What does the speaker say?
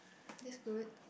that's good